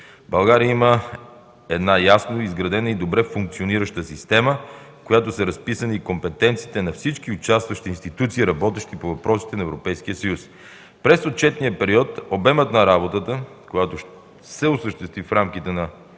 България има ясно изградена и добре функционираща система, в която са разписани и компетенциите на всички участващи институции, работещи по въпросите на Европейския съюз. През отчетния период обемът на работата, която се осъществи в рамките на